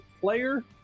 player